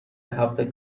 هفته